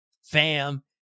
Fam